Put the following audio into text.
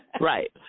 Right